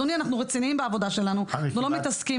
אנחנו רציניים בעבודה שלנו ולא מתעסקים